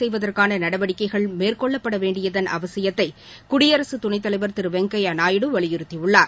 செய்வதற்கான நடவடிக்கைகள் மேற்கொள்ளப்பட வேண்டியதன் அவசியத்தை குடியரசு துணைத்தலைவர் திரு வெங்கய்யா நாயுடு வலியுறுத்தியுள்ளார்